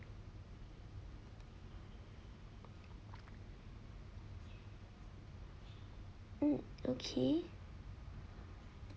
mm okay